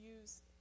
use